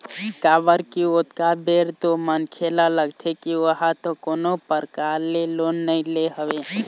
काबर की ओतका बेर तो मनखे ल लगथे की ओहा तो कोनो परकार ले लोन नइ ले हवय